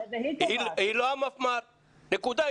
נקודה.